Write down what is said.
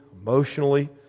emotionally